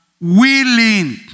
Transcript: willing